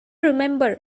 remember